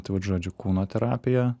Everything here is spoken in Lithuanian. tai vat žodžiu kūno terapija